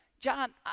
John